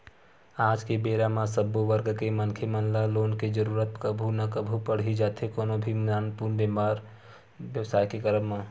आज के बेरा म सब्बो वर्ग के मनखे मन ल लोन के जरुरत कभू ना कभू पड़ ही जाथे कोनो भी नानमुन बेपार बेवसाय के करब म